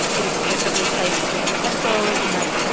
inexplicably placed with the pencils and, like.